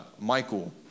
Michael